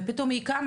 ופתאום היא קמה.